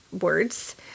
words